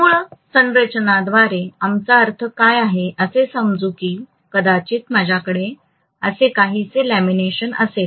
मूळ बांधकामांद्वारे आमचा अर्थ काय आहे असे समजू की कदाचित माझ्याकडे असे काहीसे लॅमिनेशन असेल